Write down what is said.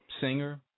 singer